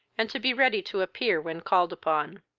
and to be ready to appear when called upon.